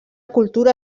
cultura